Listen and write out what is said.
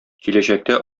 киләчәктә